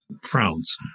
frowns